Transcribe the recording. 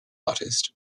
artist